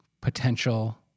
potential